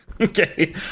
Okay